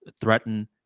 threaten